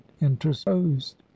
interposed